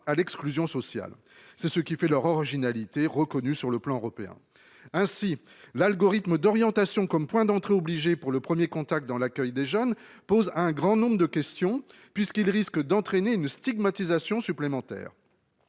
à l'exclusion sociale. C'est ce qui fait leur originalité reconnue sur le plan européen. Ainsi l'algorithme d'orientation comme point d'entrée obligée pour le 1er contact dans l'accueil des jeunes pose un grand nombre de questions puisqu'il risque d'entraîner une stigmatisation supplémentaire.